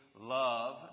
love